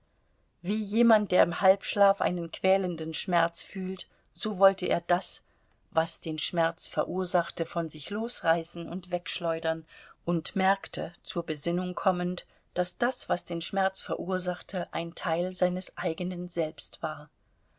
wie jemand der im halbschlaf einen quälenden schmerz fühlt so wollte er das was den schmerz verursachte von sich losreißen und wegschleudern und merkte zur besinnung kommend daß das was den schmerz verursachte ein teil seines eigenen selbst war